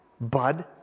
Bud